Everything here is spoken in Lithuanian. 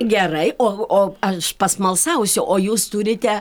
gerai o o aš pasmalsausiu o jūs turite